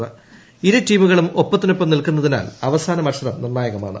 ്ഇരുട്ടീമുകളും ഒപ്പത്തിനൊപ്പം നിൽക്കുന്നതിനാൽ അവ്സാന മത്സരം നിർണായകമാണ്